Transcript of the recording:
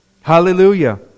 Hallelujah